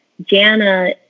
Jana